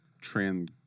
trans